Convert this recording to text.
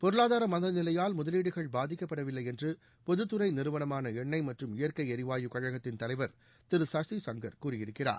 பொருளாதார மந்த நிலையால் முதலீடுகள் பாதிக்கப்படவில்லை என்று பொதுத்துறை நிறுவனமான எண்ணெய் மற்றும் இயற்கை ளிவாயு கழகத்தின் தலைவர் திரு சசி சங்கர் கூறியிருக்கிறார்